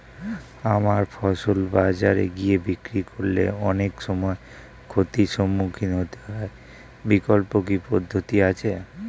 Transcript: আমার ফসল বাজারে গিয়ে বিক্রি করলে অনেক সময় ক্ষতির সম্মুখীন হতে হয় বিকল্প কি পদ্ধতি আছে?